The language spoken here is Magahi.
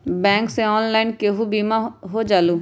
बैंक से ऑनलाइन केहु बिमा हो जाईलु?